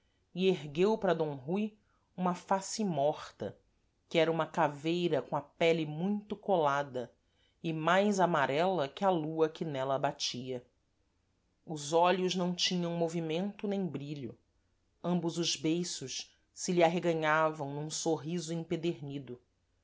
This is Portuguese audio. para d rui uma face morta que era uma caveira com a pele muito colada e mais amarela que a lua que nela batia os olhos não tinham movimento nem brilho ambos os beiços se lhe arreganhavam num sorriso empedernido